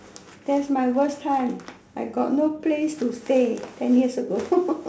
that's my worst time I got no place to stay ten years ago